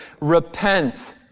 repent